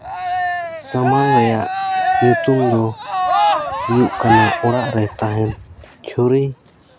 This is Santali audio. ᱥᱟᱢᱟᱱ ᱨᱮᱭᱟᱜ ᱧᱩᱛᱩᱢ ᱫᱚ ᱦᱩᱭᱩᱜ ᱠᱟᱱᱟ ᱚᱲᱟᱜ ᱨᱮ ᱛᱟᱦᱮᱱ ᱪᱷᱩᱨᱤ